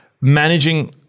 managing